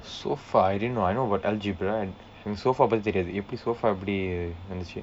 sofa I didn't know I know about algebra and sofa பற்றி தெரியாது எப்படி:parri theriyaathu eppadi sofa எப்படி வந்தது:eppadi vandthathu